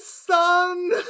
son